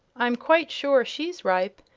i'm quite sure she's ripe,